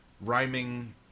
rhyming